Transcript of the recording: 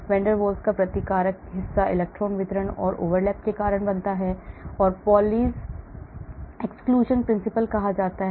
van der Waals का प्रतिकारक हिस्सा इलेक्ट्रॉन वितरण के ओवरलैप होने के कारण इसे Pauli's exclusion principle कहा जाता है